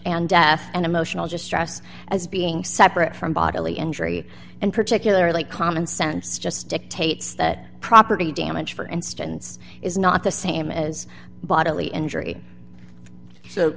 and death and emotional distress as being separate from bodily injury and particularly common sense just dictates that property damage for instance is not the same as bodily injury so